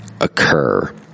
occur